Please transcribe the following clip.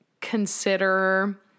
consider